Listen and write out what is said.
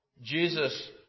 Jesus